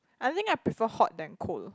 I think I prefer hot than cold